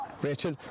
Rachel